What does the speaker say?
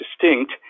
distinct